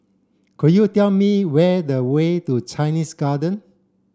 could you tell me where the way to Chinese Garden